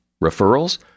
Referrals